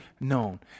known